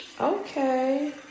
Okay